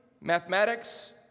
mathematics